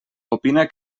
opina